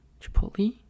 Chipotle